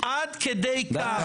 אם זה לא מצחיק, אל תגיד.